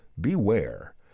beware